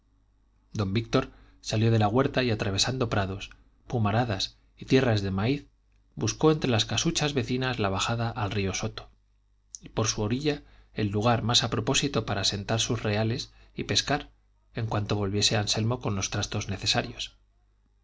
don víctor salió de la huerta y atravesando prados pumaradas y tierras de maíz buscó entre las casuchas vecinas la bajada al río soto y por su orilla el lugar más a propósito para sentar sus reales y pescar en cuanto volviese anselmo con los trastos necesarios